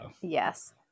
yes